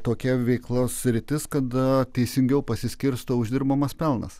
tokia veiklos sritis kada teisingiau pasiskirsto uždirbamas pelnas